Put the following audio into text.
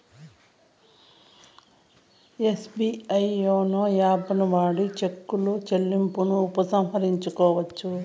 SBI YONO యాపుని వాడి cheque చెల్లింపును ఉపసంహరించుకోవచ్చు